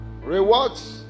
Rewards